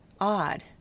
Odd